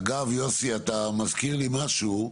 אגב, יוסי, אתה מזכיר לי משהו,